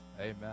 Amen